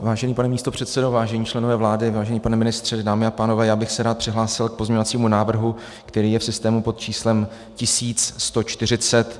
Vážený pane místopředsedo, vážení členové vlády, vážený pane ministře, dámy a pánové, rád bych se přihlásil k pozměňovacímu návrhu, který je v systému pod číslem 1140.